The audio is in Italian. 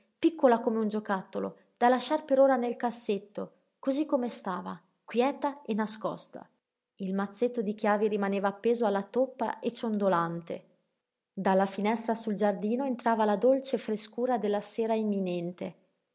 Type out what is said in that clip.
piccola come un giocattolo da lasciar per ora nel cassetto cosí come stava quieta e nascosta il mazzetto di chiavi rimaneva appeso alla toppa e ciondolante dalla finestra sul giardino entrava la dolce frescura della sera imminente